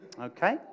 Okay